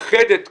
לאחד את כולם,